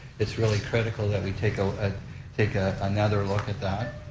it's really critical that we take ah take ah another look at that.